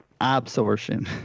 absorption